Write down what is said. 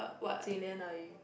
Jing-Lian 阿姨:ayi